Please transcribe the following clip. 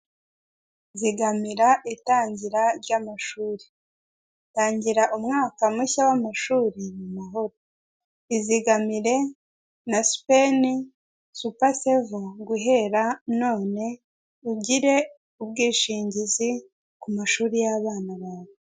Zigamira itangira ry'amashuri, tangira umwaka mushya w'amashuri mu mahoro izigamire na sipeni supa seva guhera none ugire ubwishingizi ku mashuri y'abana bawe.